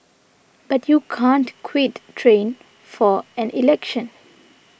but you can't quite train for an election